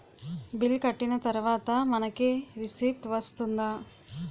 Bill కట్టిన తర్వాత మనకి రిసీప్ట్ వస్తుందా?